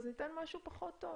אז ניתן משהו פחות טוב'.